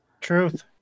Truth